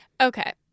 Okay